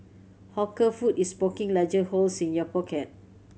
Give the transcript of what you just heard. hawker food is poking larger holes in your pocket